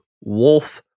Wolf